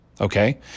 Okay